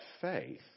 faith